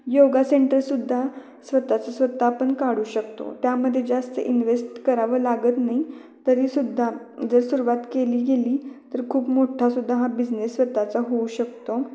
योगा सेंटरसुद्धा स्वतःचं स्वतः आपण काढू शकतो त्यामध्ये जास्त इन्वेस्ट करावं लागत नाही तरीसुद्धा जर सुरुवात केली गेली तर खूप मोठा सुद्धा हा बिजनेस स्वतःचा होऊ शकतो